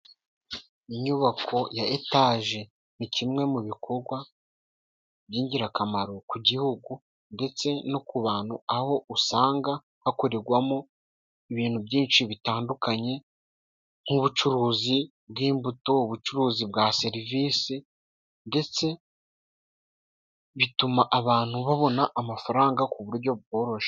Inyubako ya etaje ni kimwe mu bikogwa by'ingirakamaro ku gihugu ndetse no ku bantu aho usanga hakorerwamo ibintu byinshi bitandukanye nk'ubucuruzi bw'imbuto, ubucuruzi bwa serivisi ndetse bituma abantu babona amafaranga ku buryo bworoshe.